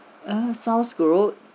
err sound good